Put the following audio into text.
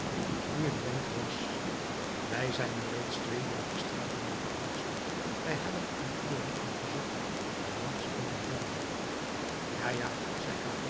die een denker was wij zijn nu reeds twee uur op straat hernam de oudste wij hebben aan alle hoeken gezocht maar niets kunnen vinden ja ja